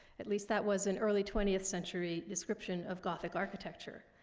at least that was an early twentieth century description of gothic architecture.